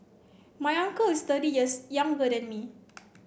my uncle is thirty years younger than me